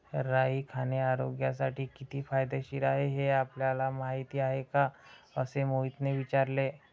राई खाणे आरोग्यासाठी किती फायदेशीर आहे हे आपल्याला माहिती आहे का? असे मोहितने विचारले